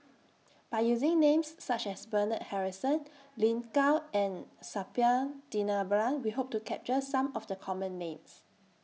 By using Names such as Bernard Harrison Lin Gao and Suppiah Dhanabalan We Hope to capture Some of The Common Names